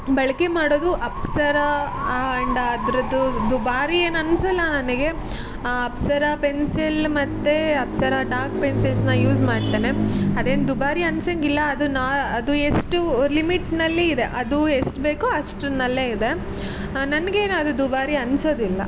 ಬಳಕೆ ಮಾಡೋದು ಅಪ್ಸರ ಆ್ಯಂಡ್ ಅದರದ್ದು ದುಬಾರಿ ಏನು ಅನ್ಸೊಲ್ಲ ನನಗೆ ಆ ಅಪ್ಸರ ಪೆನ್ಸಿಲ್ ಮತ್ತು ಅಪ್ಸರ ಡಾರ್ಕ್ ಪೆನ್ಸಿಲ್ಸನ್ನ ಯೂಸ್ ಮಾಡ್ತೇನೆ ಅದೇನು ದುಬಾರಿ ಅನ್ಸೊಂಗಿಲ್ಲ ಅದು ನಾ ಅದು ಎಷ್ಟು ಲಿಮಿಟಿನಲ್ಲಿ ಇದೆ ಅದು ಎಷ್ಟು ಬೇಕೋ ಅಷ್ಟರಲ್ಲೆ ಇದೆ ನನಗೇನು ಅದು ದುಬಾರಿ ಅನ್ಸೋದಿಲ್ಲ